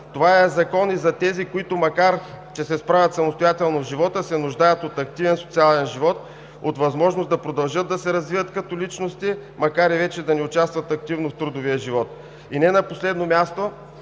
Това е Закон и за тези, които, макар че се справят самостоятелно в живота, се нуждаят от активен социален живот, от възможност да продължат да се развиват като личности, макар и вече да не участват активно в трудовия живот. И не на последно място,